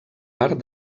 part